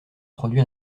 produit